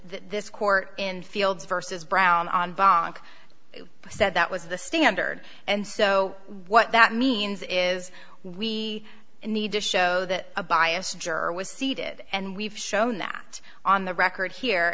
this court in fields versus brown on wagner said that was the standard and so what that means is we need to show that a biased juror was seated and we've shown that on the record here